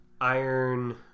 iron